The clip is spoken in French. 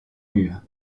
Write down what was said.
mur